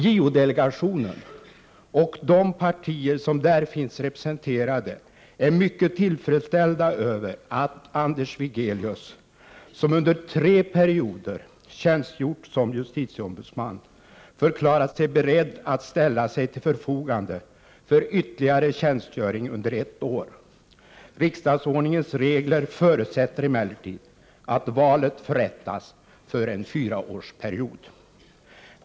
JO-delegationen och de partier som där finns representerade är mycket tillfredsställda med att Anders Wigelius, som under tre perioder tjänstgjort som justitieombudsman, förklarat sig beredd att ställa sig till förfogande för ytterligare tjänstgöring under ett år. Riksdagsordningens regler förutsätter emellertid att valet omfattar en fyraårsperiod.